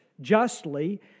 justly